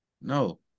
No